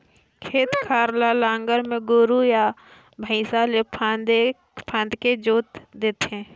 खेत खार ल नांगर में गोरू या भइसा ले फांदके जोत थे